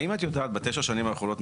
האם בתשע השנים האחרונות,